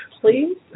Please